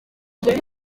mujyi